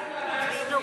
הוועדה היא ועדת הכספים,